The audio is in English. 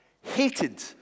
hated